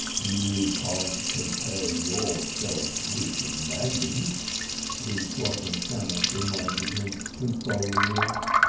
you can't compare yourself with the maggid the shalotten shammos reminded him consolingly.